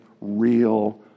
real